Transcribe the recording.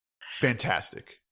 fantastic